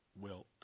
wilt